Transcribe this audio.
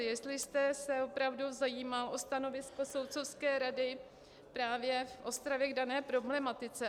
Jestli jste se opravdu zajímal o stanovisko soudcovské rady právě v Ostravě k dané problematice.